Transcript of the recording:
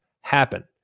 happen